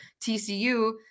TCU